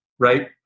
Right